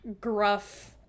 gruff